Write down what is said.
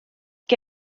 que